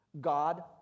God